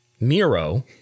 Miro